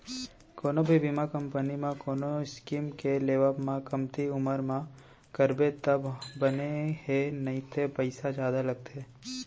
कोनो भी बीमा कंपनी म कोनो स्कीम के लेवब म कमती उमर म करबे तब बने हे नइते पइसा जादा लगथे